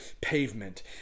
Pavement